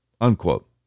unquote